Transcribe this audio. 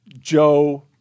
Joe